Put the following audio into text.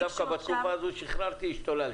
ודווקא בתקופה הזאת שחררתי והשתוללתי.